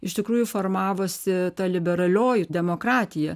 iš tikrųjų formavosi ta liberalioji demokratija